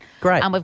Great